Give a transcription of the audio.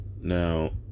Now